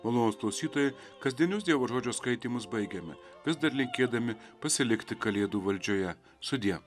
malonūs klausytojai kasdienius dievo žodžio skaitymus baigiame vis dar linkėdami pasilikti kalėdų valdžioje sudie